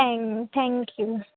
थँ thank you